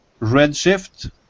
redshift